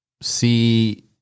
see